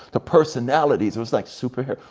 the personalities was like super hero,